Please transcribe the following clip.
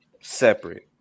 separate